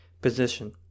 position